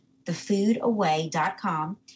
thefoodaway.com